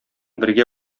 бергә